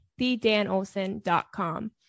thedanolson.com